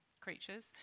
creatures